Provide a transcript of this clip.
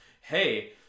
hey